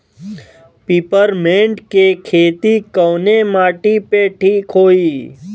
Peppermint के खेती कवने माटी पे ठीक होई?